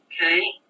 Okay